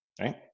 right